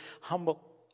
humble